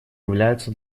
являются